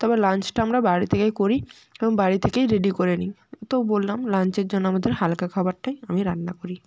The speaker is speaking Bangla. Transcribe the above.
তবে লাঞ্চটা আমি বাড়ি থেকেই করি এবং বাড়ি থেকেই রেডি করে নিই তো বললাম লাঞ্চের জন্য আমাদের হালকা খাবারটাই আমি রান্না করি